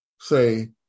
say